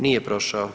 Nije prošao.